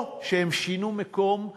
או כשהם שינו מקום מגורים.